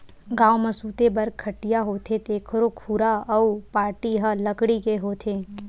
गाँव म सूते बर खटिया होथे तेखरो खुरा अउ पाटी ह लकड़ी के होथे